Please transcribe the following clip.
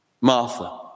martha